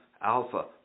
alpha